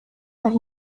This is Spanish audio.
las